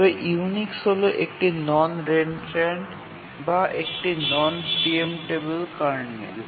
তবে ইউনিক্স হল একটি নন রেনত্রান্ট বা একটি নন প্রিএম্পটেবিল কার্নেল